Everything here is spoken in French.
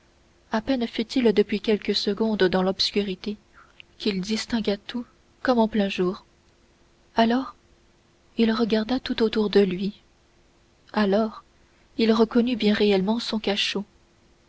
à peine fut-il depuis quelques secondes dans l'obscurité qu'il distingua tout comme en plein jour alors il regarda tout autour de lui alors il reconnut bien réellement son cachot